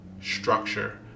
structure